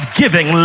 giving